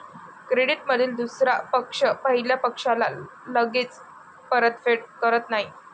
क्रेडिटमधील दुसरा पक्ष पहिल्या पक्षाला लगेच परतफेड करत नाही